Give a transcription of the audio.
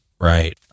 right